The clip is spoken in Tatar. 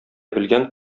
белгән